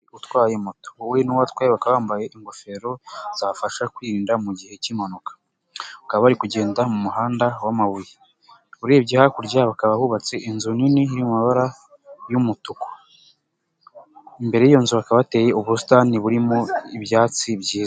Utwaye moto we n'uwatwaye bakaba bambaye ingofero zafasha kwirinda mu gihe cy'impanuka bakaba bari kugenda mu muhanda w'amabuye urebye hakurya bakaba bubatse inzu nini iri mu mamabara y'umutuku imbere y'iyo hakaba hateye ubusitani burimo ibyatsi byiza.